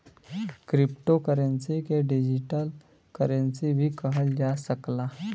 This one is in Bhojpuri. क्रिप्टो करेंसी के डिजिटल करेंसी भी कहल जा सकला